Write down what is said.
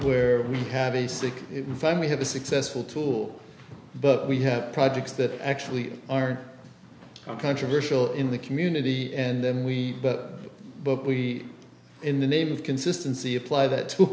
where we have a stake in fact we have a successful tool but we have projects that actually are controversial in the community and then we but but we in the name of consistency apply